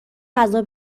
غذا